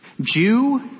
Jew